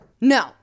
No